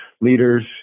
leaders